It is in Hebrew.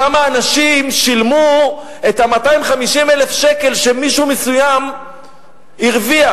כמה אנשים שילמו את 250,000 השקל שמישהו מסוים הרוויח.